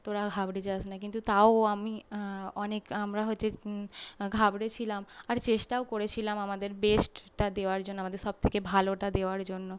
তোরা ঘাবড়ে যাস না কিন্তু তাও আমি অনেক আমরা হচ্ছে ঘাবড়ে ছিলাম আর চেষ্টাও করেছিলাম আমাদের বেস্টটা দেওয়ার জন্য আমাদের সবথেকে ভালোটা দেওয়ার জন্য